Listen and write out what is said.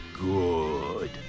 good